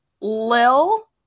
Lil